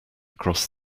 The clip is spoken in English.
across